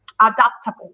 adaptable